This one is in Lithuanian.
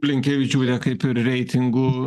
blinkevičiūtė kaip ir reitingų